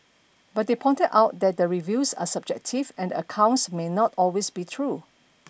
but they pointed out that the reviews are subjective and the accounts may not always be true